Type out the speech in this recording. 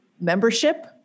membership